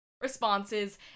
responses